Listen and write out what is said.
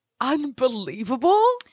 unbelievable